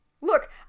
Look